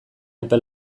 epe